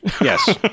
Yes